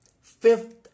Fifth